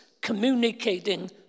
communicating